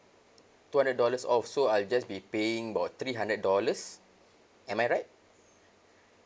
two hundred dollars off so I'll just be paying about three hundred dollars am I right